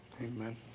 Amen